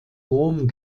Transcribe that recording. rom